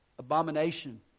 Abomination